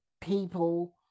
people